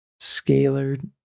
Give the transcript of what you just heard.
Scalar